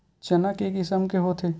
चना के किसम के होथे?